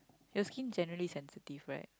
your skin generally sensitive right